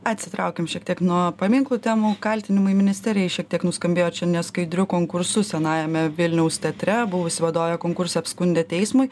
atsitraukim šiek tiek nuo paminklų temų kaltinimai ministerijai šiek tiek nuskambėjo čia neskaidriu konkursu senajame vilniaus teatre buvusi vadovė konkursą apskundė teismui